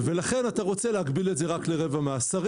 ולכן אתה רוצה להגביל את זה רק לרבע מהשרים